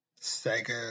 Sega